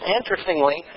Interestingly